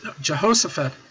Jehoshaphat